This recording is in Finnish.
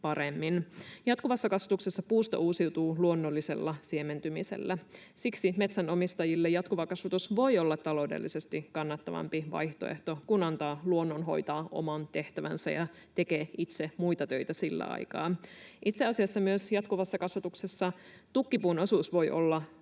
Jatkuvassa kasvatuksessa puusto uusiutuu luonnollisella siementymisellä. Siksi metsänomistajille jatkuva kasvatus voi olla taloudellisesti kannattavampi vaihtoehto, kun antaa luonnon hoitaa oman tehtävänsä ja tekee itse muita töitä sillä aikaa. Itse asiassa jatkuvassa kasvatuksessa myös tukkipuun osuus voi olla